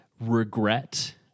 regret